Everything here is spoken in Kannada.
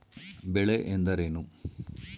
ಬೆಳೆ ಎಂದರೇನು?